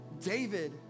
David